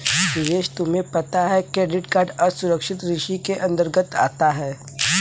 सुरेश तुम्हें मालूम है क्रेडिट कार्ड असुरक्षित ऋण के अंतर्गत आता है